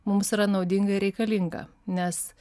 mums yra naudinga ir reikalinga nes